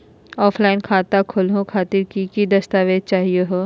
Offline खाता खोलहु खातिर की की दस्तावेज चाहीयो हो?